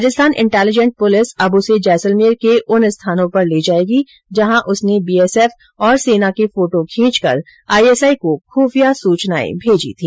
Rajasthan intelligence police अब उसे जैसलमेर के उन स्थानों पर ले जाएगी जहां उसने बीएसएफ और सेना के फोटो खींचकर आईएसआई को खूफियां सूचनाएं भेजी थी